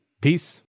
Peace